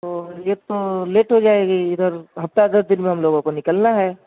تو یہ تو لیٹ ہو جائے گی اِدھر ہفتہ دس دِن میں ہم لوگوں کو نِکلنا ہے